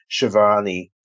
Shivani